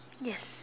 yes